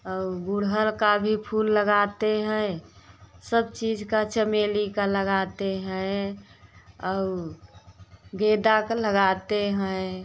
और गड़हल का भी फूल लगाते हैं सब चीज का चमेली का लगाते हैं और गेंदा का लगाते हैं